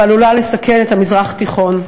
ועלולה לסכן את המזרח התיכון.